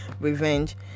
revenge